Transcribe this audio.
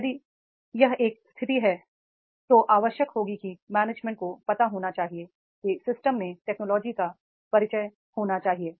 यदि यह एक स्थिति है तो आवश्यकता होगी कि मैनेजमेंट को पता होना चाहिए कि सिस्टम में टेक्नोलॉजी का परिचय होना चाहिए